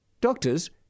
Doctors